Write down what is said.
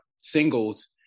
singles